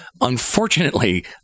Unfortunately